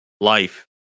life